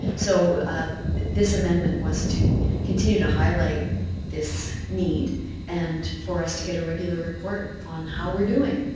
so this amendment was to continue to highlight this need and for us to get a regular report on how we're doing.